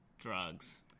Drugs